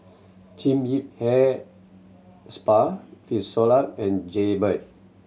Jean Yip Hair Spa Frisolac and Jaybird